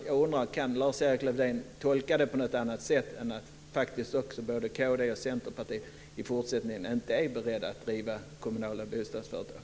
Jag undrar om Lars-Erik Lövdén kan tolka det på något annat sätt än att både kd och Centerpartiet i fortsättningen inte är beredda att driva kommunala bostadsföretag.